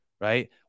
right